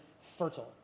fertile